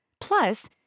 Plus